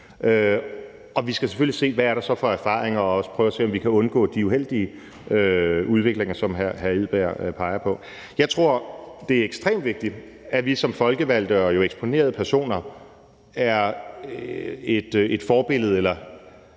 Vi skal selvfølgelig se, hvad man så har gjort sig af erfaringer, og også prøve at se, om vi kan undgå de uheldige udviklinger, som hr. Kim Edberg Andersen peger på. Jeg tror, det er ekstremt vigtigt, at vi som folkevalgte og eksponerede personer er forbilleder eller